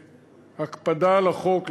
בהקפדה על החוק.